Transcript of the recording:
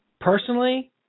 Personally